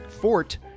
fort